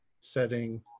setting